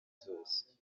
zose